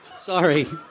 sorry